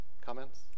comments